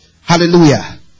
Hallelujah